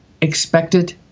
expected